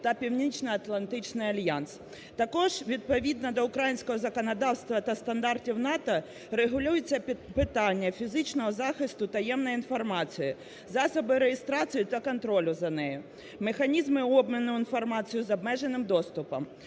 та Північно-Атлантичний альянс. Також, відповідно до українського законодавства та стандартів НАТО, регулюється питання фізичного захисту таємної інформації, засоби реєстрації та контролю за нею, механізми обміну інформацією з обмеженим доступом